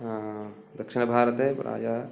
दक्षिणभारते प्रायः